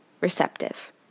receptive